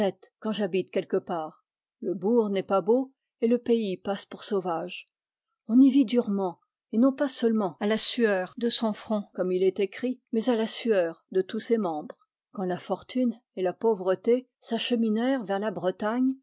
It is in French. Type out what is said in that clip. quand j'habite quelque part le bourg n'est pas beau et le pays passe pour sauvage on y vit durement et non pas seulement à la sueur de son front comme il est écrit mais à la sueur de tous ses membres quand la fortune et la pauvreté s'acheminèrent vers la bretagne